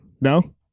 no